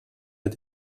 mit